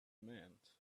meant